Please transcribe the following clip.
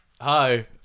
hi